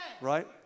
Right